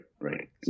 right